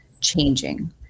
changing